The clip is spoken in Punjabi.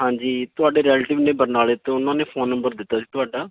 ਹਾਂਜੀ ਤੁਹਾਡੇ ਰਿਐਲੇਟਿਵ ਨੇ ਬਰਨਾਲੇ ਤੋਂ ਉਹਨਾਂ ਨੇ ਫ਼ੋਨ ਨੰਬਰ ਦਿੱਤਾ ਸੀ ਤੁਹਾਡਾ